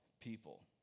people